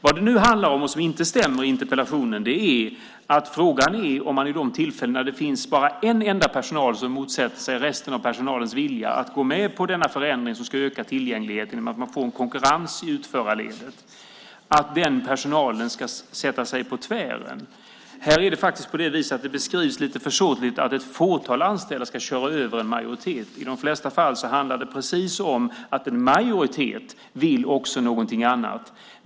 Vad det nu handlar om, och som inte stämmer i interpellationen, är om personalen ska sätta sig på tvären vid de tillfällen då det finns bara en enda som motsätter sig resten av personalens vilja att gå med på den förändring som ska öka tillgängligheten genom att det blir konkurrens i utförarledet. Här beskrivs det lite försåtligt att ett fåtal anställda ska köra över en majoritet. I de flesta fall handlar det precis om att en majoritet också vill någonting annat.